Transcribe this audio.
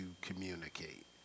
communicate